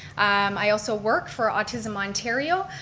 i also work for autism ontario.